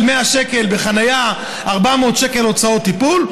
100 שקל בחניה 400 שקל הוצאות טיפול,